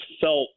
felt